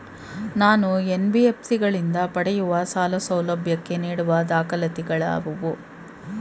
ನಾನು ಎನ್.ಬಿ.ಎಫ್.ಸಿ ಗಳಿಂದ ಪಡೆಯುವ ಸಾಲ ಸೌಲಭ್ಯಕ್ಕೆ ನೀಡುವ ದಾಖಲಾತಿಗಳಾವವು?